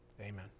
Amen